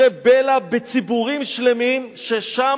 למה לא להטיח דברי בלע בציבורים שלמים ששם